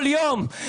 כל יום.